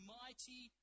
mighty